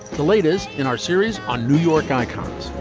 the latest in our series on new york icons